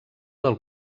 del